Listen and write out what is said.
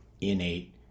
innate